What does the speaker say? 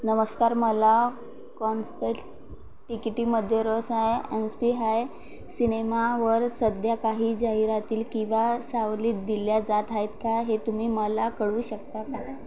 नमस्कार मला कॉन्सट टिकिटीमध्ये रस आहे एन्सपी हाय सिनेमावर सध्या काही जाहिराती किंवा सवलती दिल्या जात आहेत का हे तुम्ही मला कळवू शकता का